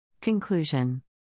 Conclusion